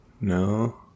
No